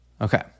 Okay